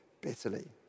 bitterly